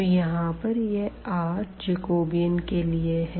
तो यहाँ पर यह r जैकोबियन के लिए है